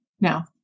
now